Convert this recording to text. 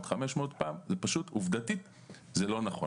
עוד 500 פעמים זה פשוט עובדתית לא נכון.